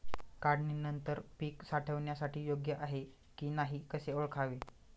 काढणी नंतर पीक साठवणीसाठी योग्य आहे की नाही कसे ओळखावे?